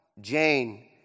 Jane